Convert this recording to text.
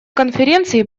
конференции